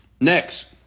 Next